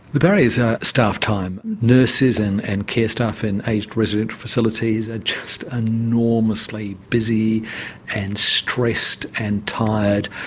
the barriers are staff time, nurses and and care staff in aged residential facilities are just enormously busy and stressed and tired.